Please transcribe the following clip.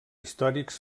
històrics